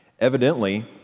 Evidently